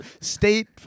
State